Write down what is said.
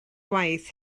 gwaith